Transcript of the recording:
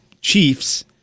chiefs